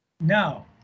No